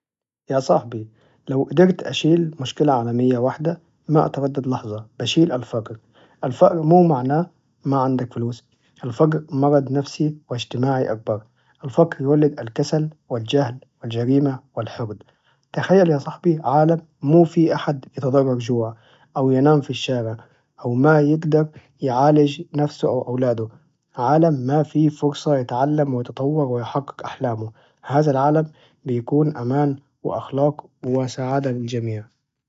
يا صاحبي، لو قدرت أشيل مشكلة عالمية واحدة ما أتردد لحظة بشيل الفقر، الفقر مو معناه ما عندك فلوس الفقر مرض نفسي وإجتماعي أكبر، الفقر يولد الكسل والجهل والجريمة والحقد، تخيل يا صاحبي عالم مو فيه أحد يتضرر جوع أو ينام في الشارع أو ما يقدر يعالج نفسه أو أولاده، عالم ما فيه فرصة يتعلم ويتطور ويحقق أحلامه، هزا العالم بيكون أمان وأخلاق وسعادة للجميع.